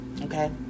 Okay